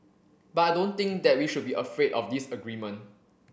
but I don't think that we should be afraid of disagreement